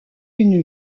une